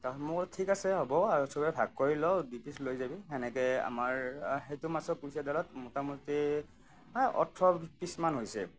তাৰ পাছত মই বোলো ঠিক আছে হ'ব আৰু সবে ভাগ কৰি লওঁ দুইপিচ লৈ যাবি সেনেকৈ আমাৰ সেইটো মাছৰ কুচিয়া ধৰক মোটামুটি আ ওঠৰ পিচমান হৈছে